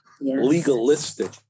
legalistic